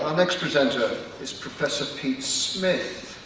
um next presenter is professor pete smith,